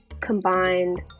combined